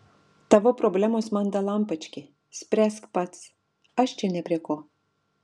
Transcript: tavo problemos man dalampački spręsk pats aš čia ne prie ko